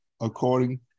according